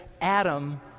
Adam